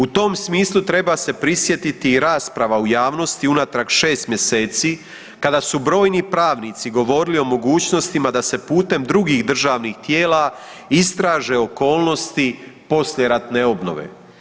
U tom smislu treba se prisjetiti i rasprava u javnosti unatrag 6 mjeseci kada su brojni pravnici govorili o mogućnostima da se putem drugih državnih tijela istraže okolnosti poslijeratne obnove.